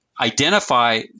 identify